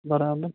برابر